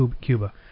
Cuba